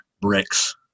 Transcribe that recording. bricks